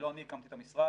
לא אני הקמתי את המשרד,